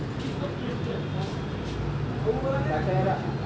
पीमा कें एहि धरतीक सबसं उत्तम कपास मानल जाइ छै